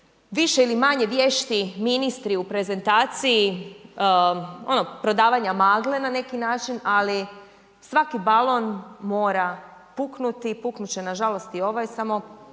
više ili manje vješti ministri u prezentaciji, ono prodavanje magle na neki način ali svaki balon mora puknuti, puknut će nažalost i ovaj samo,